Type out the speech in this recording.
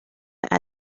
had